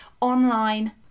online